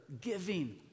giving